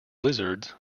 lizards